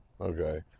Okay